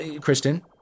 Kristen